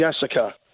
Jessica